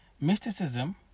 Mysticism